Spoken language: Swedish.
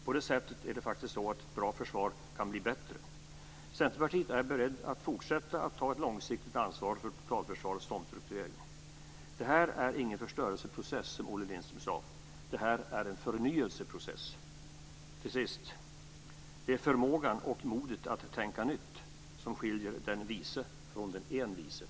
På det sätter blir ett bra försvar bättre. Centerpartiet är berett att fortsätta att ta ett långsiktigt ansvar för totalförsvarets omstrukturering. Det här är ingen förstörelseprocess, som Olle Lindström sade. Det här är en förnyelseprocess. Till sist: Det är förmågan och modet att tänka nytt som skiljer den vise från den envise.